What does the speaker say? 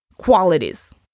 qualities